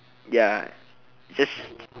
ya just